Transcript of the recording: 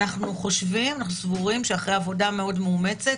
ואנחנו סבורים אחרי עבודה מאוד מאומצת,